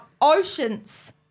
oceans